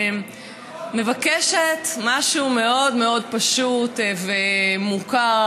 שמבקשת משהו מאוד מאוד פשוט ומוכר,